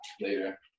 later